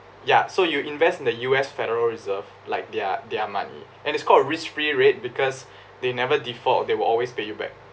ya so you invest in the U_S federal reserve like their their money and it's called risk free rate because they never default they will always pay you back